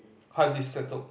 hard disk settled